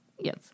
Yes